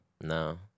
No